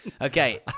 Okay